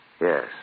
Yes